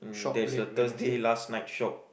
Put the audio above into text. mm there's a Thursday last night shop